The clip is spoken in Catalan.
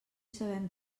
sabem